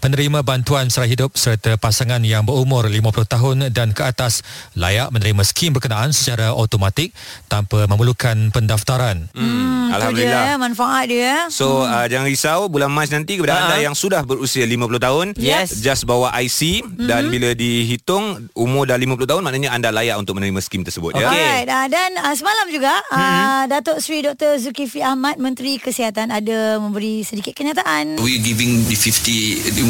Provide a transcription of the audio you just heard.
Menerima bantuan serai hidup serta pasangan yang berumur 50 tahun dan ke atas layak menerima skim berkenaan secara automatik tanpa memerlukan pendaftaran. Hmm, Hmm, tu Alhamdulillah. dia, manfaat dia. So, Hmm. uh, jangan risau, bulan Mac nanti kepada anda Ha. yang sudah berusia 50 tahun, Yes. just bawa IC, dan Mhm. bila dihitung umur dah 50 tahun, maknanya anda layak untuk menerima skim tersebut, ya. Alright, Okey. ah, dan, ah, semalam juga, Mhm. ah, Datuk Seri Dr. Zulkifli Ahmad, Menteri Kesihatan, ada memberi sedikit kenyataan. We giving the 50 the-